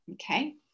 Okay